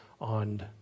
on